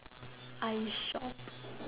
I shop